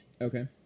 Okay